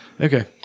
Okay